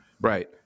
Right